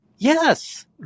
Yes